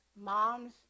moms